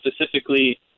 specifically